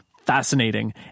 fascinating